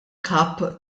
kap